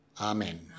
Amen